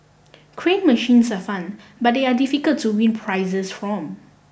crane machines are fun but they are difficult to win prizes from